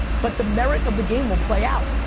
but the merit of the game will play out.